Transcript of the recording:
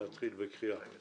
נתחיל בקריאה.